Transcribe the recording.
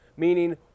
Meaning